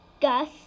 Gus